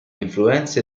influenze